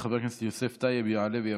חבר הכנסת יוסף טייב יעלה ויבוא.